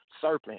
serpent